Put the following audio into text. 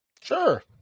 Sure